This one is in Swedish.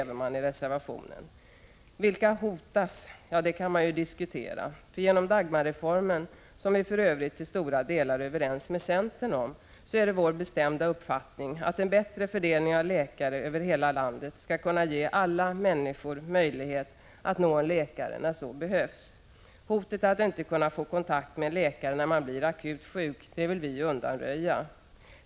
Vilka är det som hotas? Det kan man ju diskutera. I enlighet med Dagmarreformen, som vi för övrigt till stora delar är överens med centern om, är det vår bestämda uppfattning att en bättre fördelning av läkare över hela landet skall kunna ge alla människor möjlighet att nå en läkare när så behövs. Hotet att inte kunna få kontakt med en läkare när man blir akut sjuk vill vi undanröja.